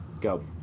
go